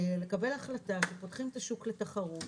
לקבל החלטה שפותחים את השוק לתחרות,